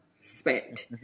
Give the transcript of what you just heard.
spent